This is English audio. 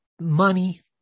money